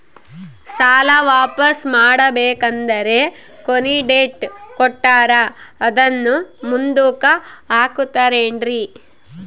ಸಾಲ ವಾಪಾಸ್ಸು ಮಾಡಬೇಕಂದರೆ ಕೊನಿ ಡೇಟ್ ಕೊಟ್ಟಾರ ಅದನ್ನು ಮುಂದುಕ್ಕ ಹಾಕುತ್ತಾರೇನ್ರಿ?